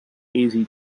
easy